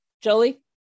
Jolie